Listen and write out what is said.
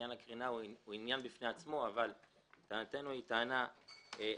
עניין הקרינה הוא עניין בפני עצמו אבל טענתנו היא טענה אחרת.